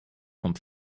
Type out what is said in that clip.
vom